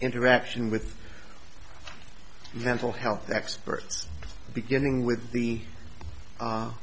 interaction with mental health experts beginning with the